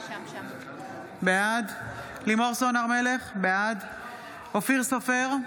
בעד לימור סון הר מלך, בעד אופיר סופר,